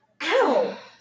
Ow